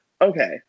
Okay